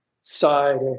side